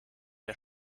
der